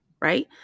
right